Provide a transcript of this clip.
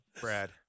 Brad